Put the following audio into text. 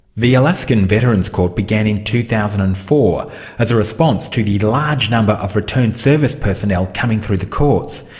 the alaskan veterans' court began in two thousand and four as a response to the large number of returned service personnel coming through the court.